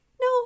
no